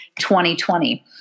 2020